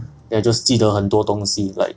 then 就是记得很多东西 like